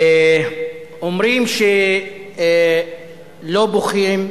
אומרים שלא בוכים,